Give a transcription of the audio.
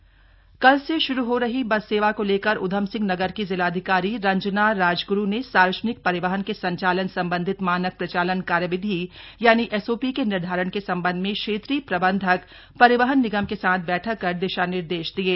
बैठक यूएस नगर कल से शुरू हो रही बस सेवा को लेकर उधमसिंह नगर की जिलाधिकारी रंजना राजग्रू ने सार्वजनिक परिवहन के संचालन संबंधी मानक प्रचालन कार्यविधि यानि एसओपी के निर्धारण के सम्बन्ध में क्षेत्रीय प्रबन्धक परिवहन निगम के साथ बैठक कर दिशा निर्देश दिये